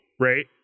right